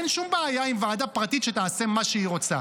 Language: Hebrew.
אין שום בעיה עם ועדה פרטית שתעשה מה שהיא רוצה.